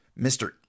Mr